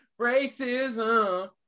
racism